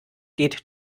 geht